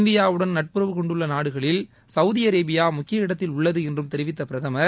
இந்தியாவுடன் நட்புறவு கொண்டுள்ள நாடுகளில் சவுதி அரேபியா முக்கிய இடத்தில் உள்ளது என்றும் தெரிவித்த பிரதமர்